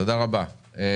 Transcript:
תודה רבה.